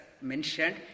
mentioned